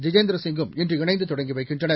ஜிதேந்திர சிங்கும்இன்று இணைந்து தொடங்கி வைக்கின்றனர்